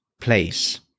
place